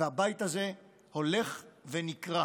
והבית הזה הולך ונקרע.